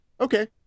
Okay